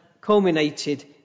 culminated